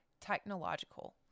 technological